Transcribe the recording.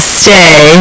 stay